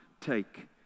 take